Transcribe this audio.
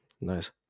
Nice